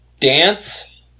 Dance